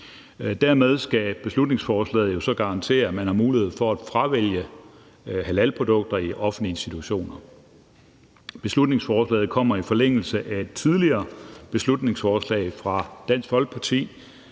dermed skal beslutningsforslaget jo så garantere, at man har mulighed for at fravælge halalprodukter i offentlige institutioner. Beslutningsforslaget kommer i forlængelse af et tidligere beslutningsforslag fra Dansk Folkeparti,